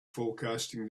forecasting